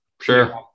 sure